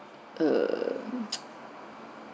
err